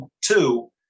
two